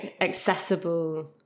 accessible